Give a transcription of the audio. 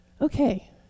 Okay